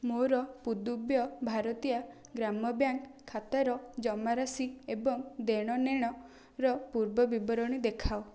ମୋର ପୁଦୁବ୍ୟ ଭାରତିୟାର ଗ୍ରାମ ବ୍ୟାଙ୍କ ଖାତାର ଜମାରାଶି ଏବଂ ଦେଣନେଣର ପୂର୍ବ ବିବରଣୀ ଦେଖାଅ